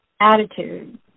attitude